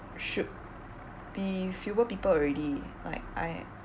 should be fewer people already like I